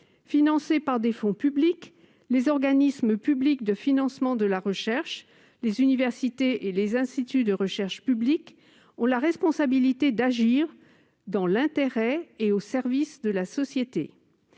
Financés par des fonds publics, les organismes publics de financement de la recherche, les universités et les instituts de recherche publics ont la responsabilité d'agir dans l'intérêt et au service de la société.